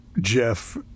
Jeff